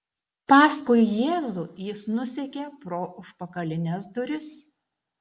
paskui jėzų jis nusekė pro užpakalines duris